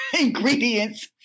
ingredients